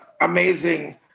amazing